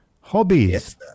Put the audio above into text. hobbies